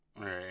right